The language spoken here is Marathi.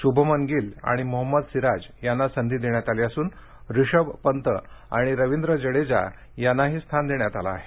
शूभमन गिल आणि मोहम्मद सिराज यांना संधी देण्यात आली असून ऋषभ पंत आणि रवींद्र जडेजा यांनाही स्थान देण्यात आलं आहे